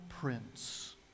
prince